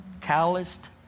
calloused